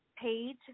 page